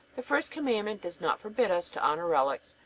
the first commandment does not forbid us to honor relics,